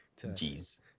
Jeez